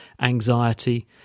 Anxiety